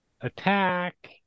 attack